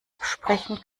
absprechen